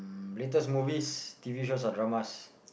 latest movies t_v shows or dramas